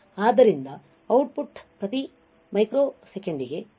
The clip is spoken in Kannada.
ಆದ್ದರಿಂದ ಆದ್ದರಿಂದ ಔಟ್ಪುಟ್ ಪ್ರತಿ ಮೈಕ್ರೊಸೆಕೆಂಡಿಗೆ 0